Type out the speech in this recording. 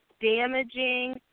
damaging